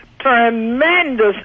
tremendous